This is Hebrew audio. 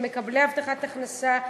למקבלי הבטחת הכנסה,